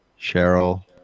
Cheryl